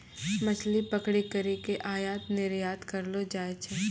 मछली पकड़ी करी के आयात निरयात करलो जाय छै